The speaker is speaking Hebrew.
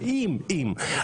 רק להגיד,